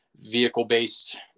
vehicle-based